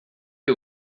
que